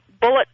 Bullet